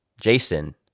Jason